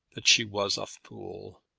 that she was a fool.